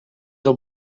del